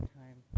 time